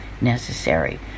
necessary